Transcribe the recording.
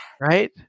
Right